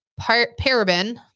paraben